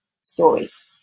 stories